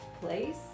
place